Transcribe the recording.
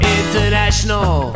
international